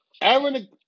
Aaron